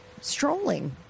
strolling